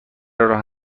راه